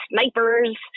snipers